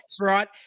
right